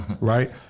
Right